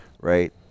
right